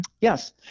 Yes